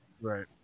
Right